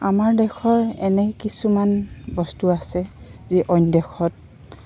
আমাৰ দেশৰ এনে কিছুমান বস্তু আছে যি অইন দেশত